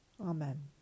Amen